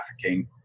trafficking